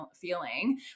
feeling